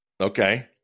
Okay